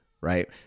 right